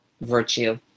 virtue